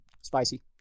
Spicy